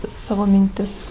savo mintis